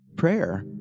Prayer